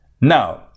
Now